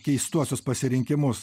keistuosius pasirinkimus